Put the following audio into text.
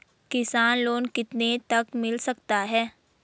किसान लोंन कितने तक मिल सकता है?